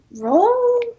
roll